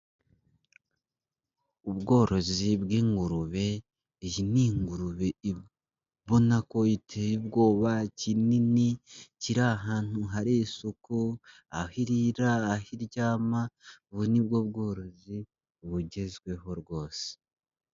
Ubworozi bw'ingurube, iyi ni ingurube ibona ko iteye ubwoba, ikiraro kinini kiri ahantu hari isuku, aho irira, aho iryama, ubu ni bwo bworozi bugezweho rwose.